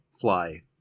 fly